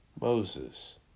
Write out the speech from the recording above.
Moses